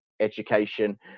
education